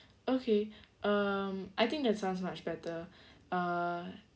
okay um I think that sounds much better uh